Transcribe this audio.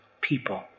people